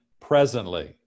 Presently